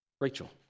Rachel